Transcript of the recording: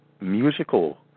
musical